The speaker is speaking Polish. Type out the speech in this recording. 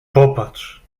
popatrz